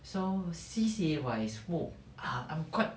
so C_C_A wise !whoa! ah I'm quite